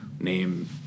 name